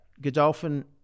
godolphin